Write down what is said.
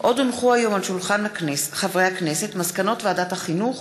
דב חנין, איימן עודה, עאידה תומא